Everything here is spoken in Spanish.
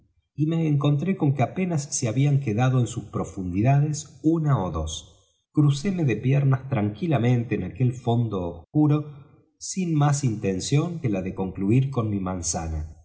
y me encontré con que apenas si habían quedado en sus profundidades una ó dos crucéme de piernas tranquilamente en aquel fondo oscuro sin más intención que la de concluir con mi manzana